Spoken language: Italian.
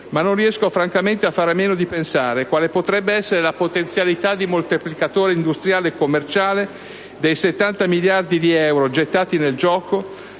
ma non riesco francamente a fare a meno di pensare quale potrebbe essere la potenzialità di moltiplicatore industriale e commerciale dei 70 miliardi di euro, gettati nel gioco,